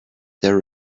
their